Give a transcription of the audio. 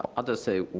ah i'll just say,